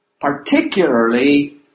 particularly